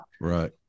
Right